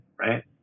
right